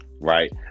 Right